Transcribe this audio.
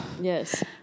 Yes